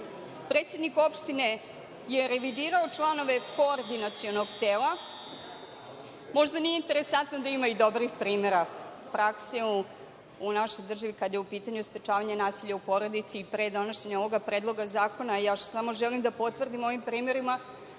Predsednik opštine je revidirao članove koordinacionog tela, možda nije interesantno da ima i dobrih primera … u našoj državi, kada je u pitanju sprečavanje nasilja u porodici i pre donošenja ovog Predloga zakona. Još samo želim da potvrdim ovim primerima